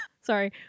Sorry